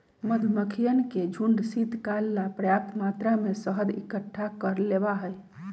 मधुमक्खियन के झुंड शीतकाल ला पर्याप्त मात्रा में शहद इकट्ठा कर लेबा हई